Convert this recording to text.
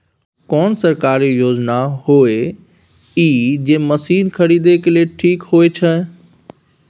कोन सरकारी योजना होय इ जे मसीन खरीदे के लिए ठीक होय छै?